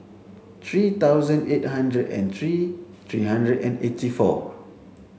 three thousand eight hundred and three three hundred and eight four